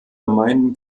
gemeinden